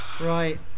Right